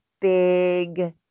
big